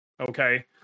okay